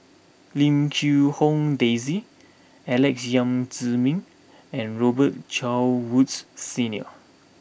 Lim Quee Hong Daisy Alex Yam Ziming and Robet Carr Woods Senior